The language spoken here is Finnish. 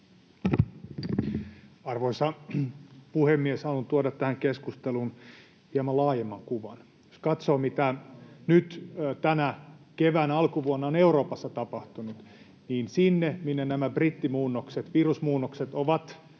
Arvoisa puhemies! Haluan tuoda tähän keskusteluun hieman laajemman kuvan: Jos katsoo, mitä nyt tänä keväänä ja alkuvuonna on Euroopassa tapahtunut, niin siellä, minne nämä virusmuunnokset, kuten brittimuunnos, ovat